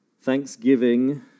Thanksgiving